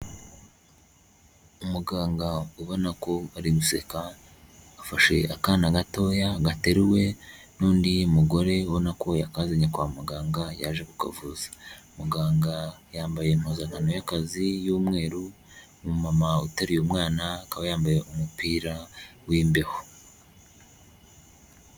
Umuganga ubona ko ari guseka, afashe akana gatoya gateruwe n'undi mugore ubona yakazanye kwa muganga yaje kukavuza. Muganga yambaye impuzankano y'akazi y'umweru, umumama uteruye umwana akaba yambaye umupira w'imbeho.